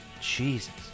Jesus